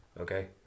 okay